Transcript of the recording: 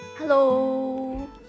Hello